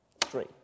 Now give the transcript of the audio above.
three